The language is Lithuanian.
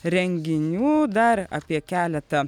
renginių dar apie keletą